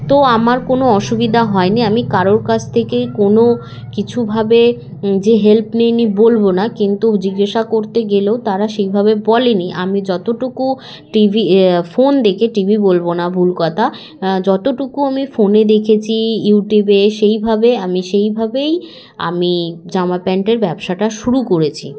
তো আমার কোনো অসুবিধা হয়নি আমি কারোর কাছ থেকেই কোনো কিছু ভাবে যে হেল্প নিইনি বলব না কিন্তু জিজ্ঞাসা করতে গেলেও তারা সেইভাবে বলেনি আমি যতটুকু টি ভি ফোন দেখে টি ভি বলব না ভুল কথা যতটুকু আমি ফোনে দেখেছি ইউটিউবে সেইভাবে আমি সেইভাবেই আমি জামা প্যান্টের ব্যবসাটা শুরু করেছি